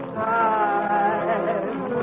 time